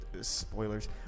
spoilers